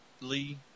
lee